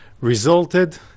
resulted